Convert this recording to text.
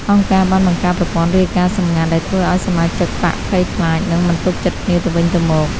អង្គការបានបង្កើតប្រព័ន្ធរាយការណ៍សម្ងាត់ដែលធ្វើឱ្យសមាជិកបក្សភ័យខ្លាច និងមិនទុកចិត្តគ្នាទៅវិញទៅមក។